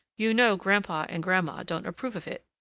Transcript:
you know grandpa and grandma don't approve of it,